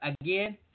again